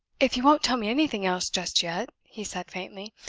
if you won't tell me anything else just yet, he said, faintly,